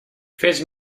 fes